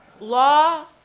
law,